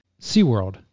SeaWorld